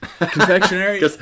Confectionery